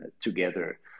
together